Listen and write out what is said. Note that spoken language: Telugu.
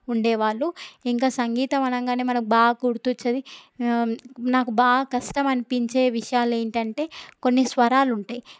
ఉండేవాళ్ళు ఇంక సంగీతం అనగానే మనకు బాగా గుర్తు వచ్చేది నాకు బాగా కష్టం అనిపించే విషయాలు ఏంటంటే కొన్ని స్వరాలు ఉంటాయి